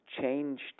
changed